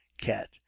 cat